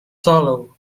sallow